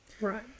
Right